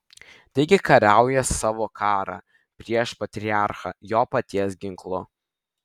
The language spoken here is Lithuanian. taigi kariauja savo karą prieš patriarchą jo paties ginklu